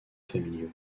familiaux